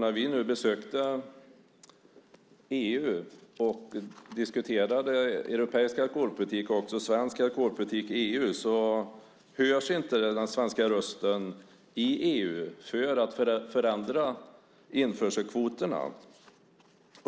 När vi nu besökte EU och diskuterade europeisk alkoholpolitik och också svensk alkoholpolitik i EU hördes inte den svenska rösten i EU när det gällde att förändra införselkvoterna.